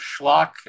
schlock